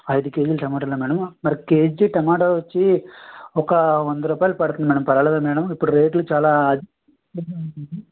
అయిదు కేజీలు టొమాటోలా మేడం మరి కేజీ టొమాటో వచ్చి ఒక వంద రూపాయలు పడుతుంది మేడం పర్వాలేదా మేడం ఇప్పుడు రేట్లు చాలా